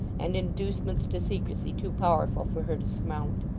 and inducements to secrecy too powerful for her to surmount.